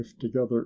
together